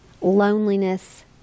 loneliness